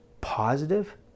positive